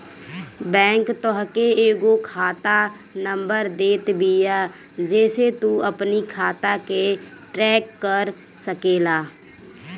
bank तोहके एगो खाता नंबर देत बिया जेसे तू अपनी खाता के ट्रैक कर सकेला